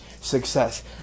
success